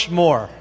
more？